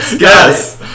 Yes